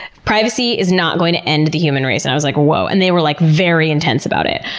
privacy is not going to end the human race. and i was like, whoa. and they were like very intense about it.